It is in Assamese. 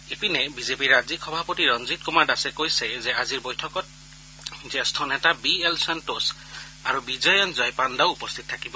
ইপিনে বিজেপিৰ ৰাজ্যিক সভাপতি ৰঞ্জিত কুমাৰ দাসে কৈছে যে আজিৰ বৈঠকত জ্যেষ্ঠ নেতা বি এল সন্তোষ আৰু বিজ্জয়ন্ত জয় পাণ্ডাও উপস্থিত থাকিব